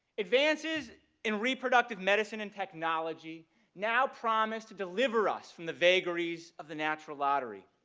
advances in reproductive medicine and technology now promise to deliver us from the vagaries of the natural lottery.